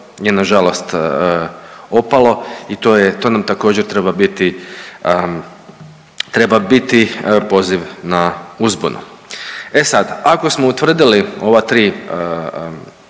na žalost opalo i to nam također treba biti poziv na uzbunu. E sad, ako smo utvrdili ova tri